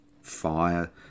fire